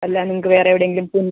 അല്ല നിങ്ങൾക്ക് വേറെ എവിടെ എങ്കിലും